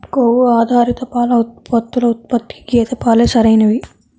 కొవ్వు ఆధారిత పాల ఉత్పత్తుల ఉత్పత్తికి గేదె పాలే సరైనవి